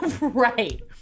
Right